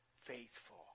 faithful